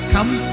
Come